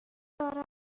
دارم